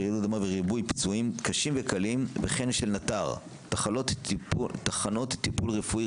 רעידת אדמה וריבוי פצועים קשים וקלים וכן של נט''ר תחנות טיפול רפואי,